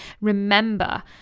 remember